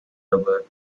rubber